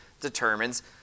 determines